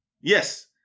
yes